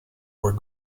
were